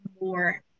more